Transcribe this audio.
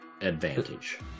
advantage